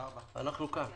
אנחנו כאן.